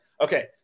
okay